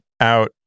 out